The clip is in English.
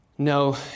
No